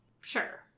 sure